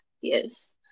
yes